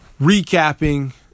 recapping